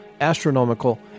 astronomical